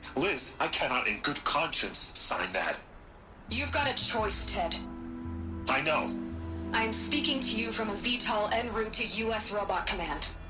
lis, i cannot in good conscience. sign that you've got a choice, ted i know i'm speaking to you from a vtol en route to us robot command